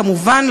כמובן,